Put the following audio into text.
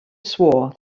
swore